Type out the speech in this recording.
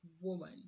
woman